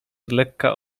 lekka